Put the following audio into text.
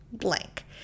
blank